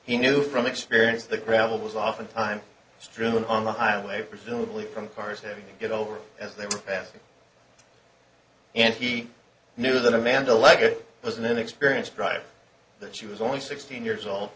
he knew from experience the gravel was oftentimes strewn on the highway presumably from cars to get over as they were passing and he knew that amanda like it was an inexperienced driver that she was only sixteen years old